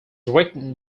written